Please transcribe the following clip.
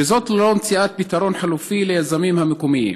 וזאת ללא מציאת פתרון חלופי ליזמים המקומיים.